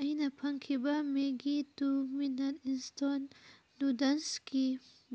ꯑꯩꯅ ꯐꯪꯈꯤꯕ Maggi two minute instant ꯅꯨꯗꯜꯁꯀꯤ